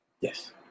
Yes